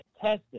tested